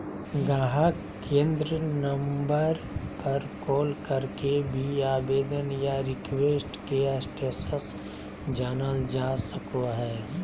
गाहक केंद्र नम्बर पर कॉल करके भी आवेदन या रिक्वेस्ट के स्टेटस जानल जा सको हय